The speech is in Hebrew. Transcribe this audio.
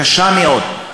הקשה מאוד,